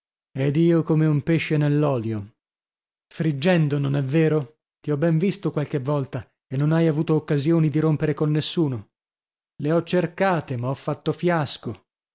ed io come un pesce nell'olio friggendo non è vero ti ho ben visto qualche volta e non hai avuto occasioni di rompere con nessuno le ho cercate ma ho fatto fiasco